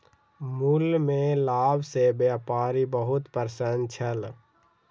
मूल्य में लाभ सॅ व्यापारी बहुत प्रसन्न छल